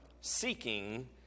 seeking